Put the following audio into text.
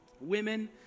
women